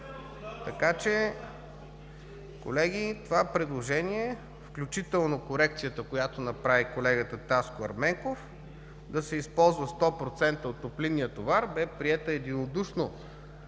ДОБРЕВ: Колеги, това предложение, включително корекцията, която направи колега Таско Ерменков – да се използва 100% от топлинния товар, бе приета единодушно